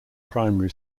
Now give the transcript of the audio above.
primary